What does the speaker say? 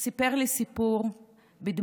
הוא סיפר לי סיפור בדמעות